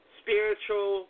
spiritual